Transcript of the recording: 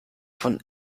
von